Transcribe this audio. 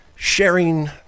sharing